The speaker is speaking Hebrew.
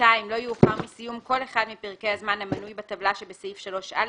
לא יאוחר מסיום כל אחד מפרקי הזמן המנוי בטבלה שבסעיף 3(א),